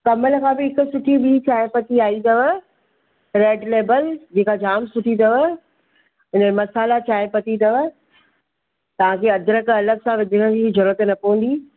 कमल खां बि हिकु सुठी ॿी चाय पती आई अथव रैड लैबल जेका जाम सुठी अथव हिनजो मसाला चाय पती अथव तव्हांखे अदिरकु अलॻि सां विझण जी बि ज़रूरत न पवंदी